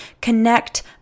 connect